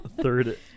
third